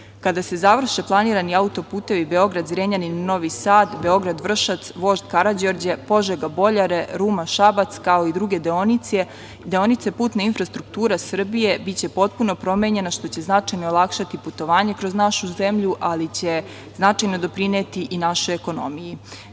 se završeni planirani auto-putevi Beograd-Zrenjanin-Novi Sad, Beograd-Vršac, Vožd Karađorđe, Požega-Boljare, Ruma-Šabac, kao i druge deonice, putna infrastruktura Srbije biće potpuno promenjena, što će značajno olakšati putovanje kroz našu zemlju, ali će značajno doprineti i našoj ekonomiji.